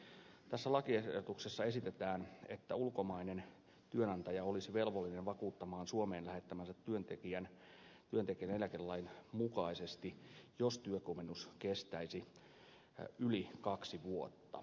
tässä lakiesityksessä esitetään että ulkomainen työnantaja olisi velvollinen suomeen lähettämänsä työntekijän vakuuttamaan työntekijän eläkelain mukaisesti jos työkomennus kestäisi yli kaksi vuotta